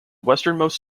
westernmost